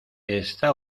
está